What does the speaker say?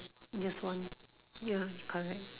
just one ya it's correct